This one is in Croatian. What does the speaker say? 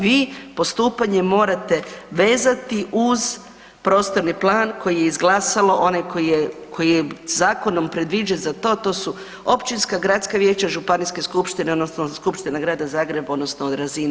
Vi postupanje morate vezati uz prostorni plan koji je izglasalo onaj koji je zakonom predviđen za to, to su općinska, gradska vijeća, županijske skupštine odnosno skupština Grada Zagreba … [[ne razumije se]] razini.